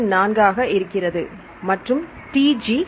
34 இருக்கிறது மற்றும் T G 9